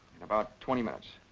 about twenty minutes.